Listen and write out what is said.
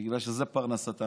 בגלל שזו פרנסתם.